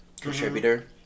contributor